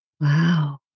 Wow